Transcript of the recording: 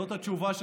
זאת התשובה.